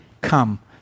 Come